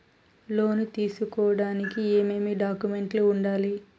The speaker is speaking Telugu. లోను తీసుకోడానికి ఏమేమి డాక్యుమెంట్లు ఉండాలి